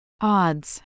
Odds